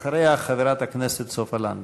אחריה, חברת הכנסת סופה לנדבר.